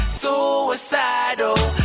suicidal